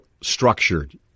structured